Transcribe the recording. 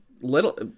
little